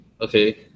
okay